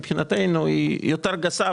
מבחינתנו היא יותר גסה,